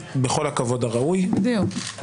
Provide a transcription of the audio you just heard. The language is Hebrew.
בכל הכבוד הראוי -- בדיוק.